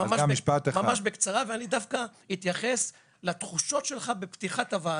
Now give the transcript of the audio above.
ממש בקצרה ואני דווקא אתייחס לתחושות שלך בפתיחת הוועדה,